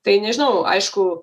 tai nežinau aišku